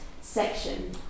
section